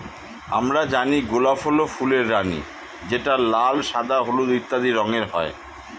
আমরা জানি গোলাপ হল ফুলের রানী যেটা লাল, সাদা, হলুদ ইত্যাদি রঙের হয়